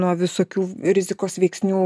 nuo visokių rizikos veiksnių